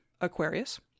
Aquarius